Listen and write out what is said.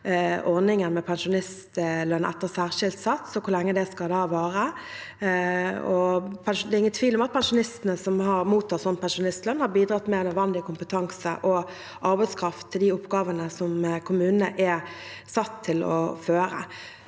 ordningen med pensjonistlønn etter særskilt sats, og hvor lenge det skal vare. Det er ingen tvil om at pensjonister som har mottatt pensjonistlønn, har bidratt med nødvendig kompetanse og arbeidskraft til de oppgavene som kommunene er satt til å føre.